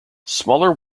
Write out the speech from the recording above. smaller